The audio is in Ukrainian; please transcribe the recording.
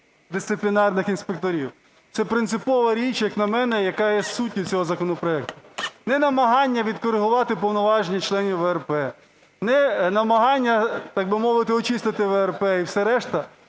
дисциплінарних інспекторів. Це принципова річ, як на мене, яка є суттю цього законопроекту. Не намагання відкоригувати повноваження членів ВРП, не намагання, так би мовити, очистити ВРП і все решта,